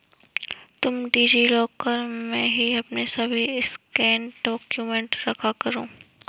तुम DigiLocker में ही अपने सभी स्कैंड डाक्यूमेंट रखा करो